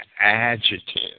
adjective